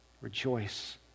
Rejoice